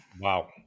Wow